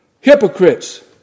hypocrites